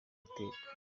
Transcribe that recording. iteka